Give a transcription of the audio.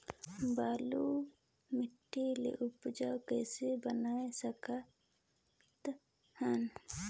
बलुही माटी ल उपजाऊ कइसे बनाय सकत हन?